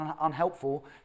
unhelpful